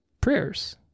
prayers